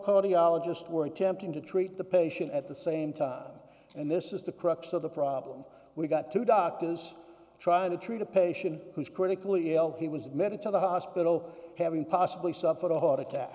cody ologist were attempting to treat the patient at the same time and this is the crux of the problem we got two doctors trying to treat a patient who is critically ill he was admitted to the hospital having possibly suffered a heart attack